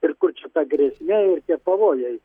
ir kur čia ta grėsmė ir tie pavojai